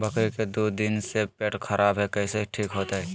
बकरी के दू दिन से पेट खराब है, कैसे ठीक होतैय?